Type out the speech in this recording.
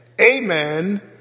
Amen